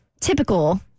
typical